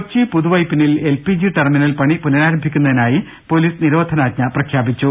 കൊച്ചി പുതുവൈപ്പിനിൽ L P G terminal പണി പുനരാ രംഭിക്കുന്നതിനായി പൊലീസ് നിരോധനാജ്ഞ പ്രഖ്യാപിച്ചു